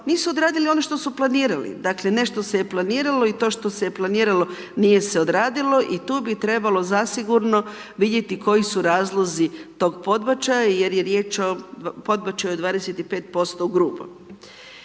nisu odradili ono što su planirali. Dakle, nešto se je planiralo i to što se je planiralo, nije se odradilo i tu bi trebalo zasigurno vidjeti koji su razlozi tog podbačaja, jer je riječ o podbačaju od 25% ugrubo.